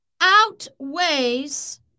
outweighs